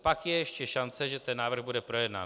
Pak je ještě šance, že ten návrh bude projednán.